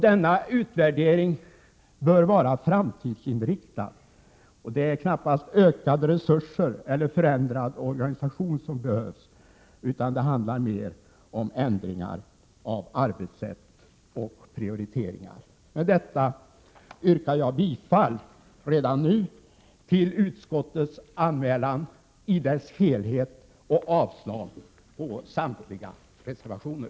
Denna utvärdering bör vara framtidsinriktad. Det är knappast ökade resurser eller organisationsförändringar som behövs, utan det handlar mer om ändringar i arbetssätt och prioriteringar. Med detta vill jag redan nu yrka bifall till utskottets anmälan i dess helhet och avslag på samtliga reservationer.